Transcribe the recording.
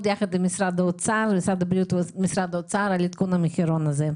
ביחד עם משרד האוצר על עדכון המחירון הזה.